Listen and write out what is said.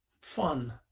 fun